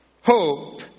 hope